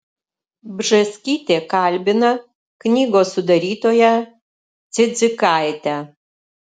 bžėskytė kalbina knygos sudarytoją cidzikaitę